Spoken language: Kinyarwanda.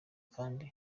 kandi